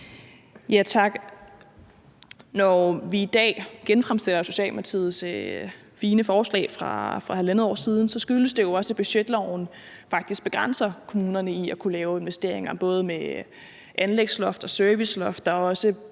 Tak. Når vi i dag genfremsætter Socialdemokratiets fine forslag fra for halvandet år siden, skyldes det jo også, at budgetloven faktisk begrænser kommunerne i at kunne lave investeringer. Der er både anlægsloft og serviceloft,